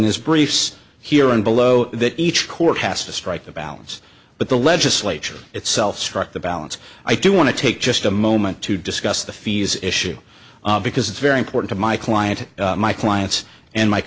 his briefs here and below that each court has to strike a balance but the legislature itself struck the balance i do want to take just a moment to discuss the fees issue because it's very important to my client my clients and my